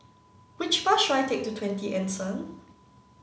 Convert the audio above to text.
which bus should I take to Twenty Anson